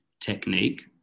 technique